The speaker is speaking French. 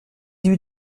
huit